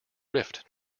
rift